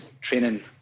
training